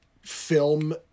film